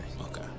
Okay